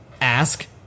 ask